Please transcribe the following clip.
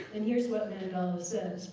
and here's what mandela says.